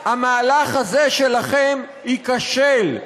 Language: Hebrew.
גם המהלך הזה שלכם ייכשל.